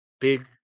big